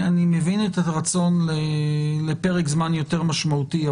מבין את הרצון לפרק זמן יותר משמעותי,